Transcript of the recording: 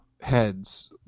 heads